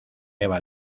eva